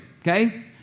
okay